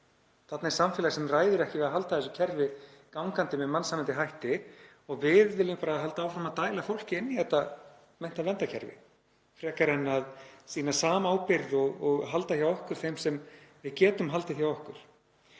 Þarna er samfélag sem ræður ekki við að halda þessu kerfi gangandi með mannsæmandi hætti og við viljum halda áfram að dæla fólki inn í þetta meinta verndarkerfi frekar en að sýna samábyrgð og halda hjá okkur þeim sem við getum haldið hjá okkur.